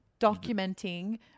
documenting